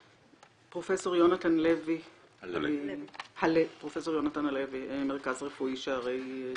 פרופ' יונתן הלוי, מרכז רפואי שערי צדק.